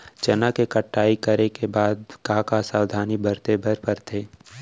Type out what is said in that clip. चना के कटाई करे के बाद का का सावधानी बरते बर परथे?